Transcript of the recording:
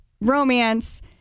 romance